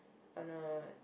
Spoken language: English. on a